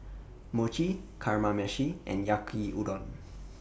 Mochi Kamameshi and Yaki Udon